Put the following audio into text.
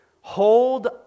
Hold